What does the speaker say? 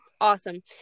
Awesome